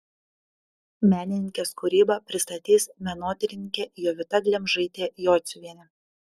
menininkės kūrybą pristatys menotyrininkė jovita glemžaitė jociuvienė